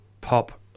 pop